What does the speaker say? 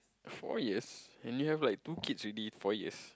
four years and you have like two kids already four years